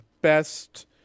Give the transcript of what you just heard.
best